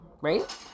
right